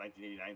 1989